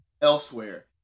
elsewhere